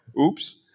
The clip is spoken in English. oops